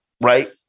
Right